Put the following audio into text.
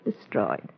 destroyed